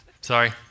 Sorry